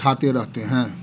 उठाते रहते हैं